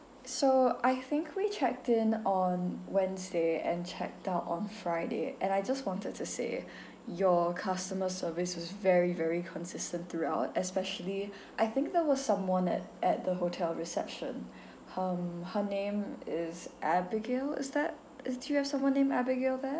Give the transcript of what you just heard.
so I think we checked in on wednesday and checked down on friday and I just wanted to say your customer service was very very consistent throughout especially I think there was someone at at the hotel reception um her name is abigail is that is do you have someone named abigail there